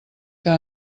que